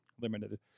limited